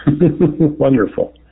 Wonderful